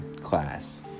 class